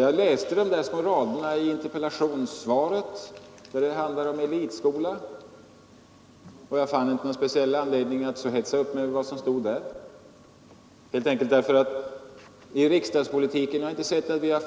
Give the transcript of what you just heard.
Jag läste de där små raderna om elitskolan i interpellationssvaret, och jag fann inte någon speciell anledning att hetsa upp mig över vad som stod där, helt enkelt därför att jag inte sett att vi i riksdagspolitiken